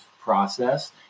process